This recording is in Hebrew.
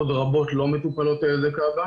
עוד רבות לא מטופלות על ידי כב"ה,